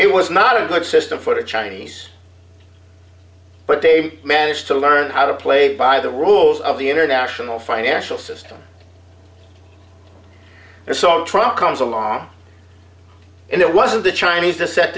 it was not a good system for the chinese but they managed to learn how to play by the rules of the international financial system their song trial comes along and it wasn't the chinese to set